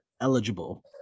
eligible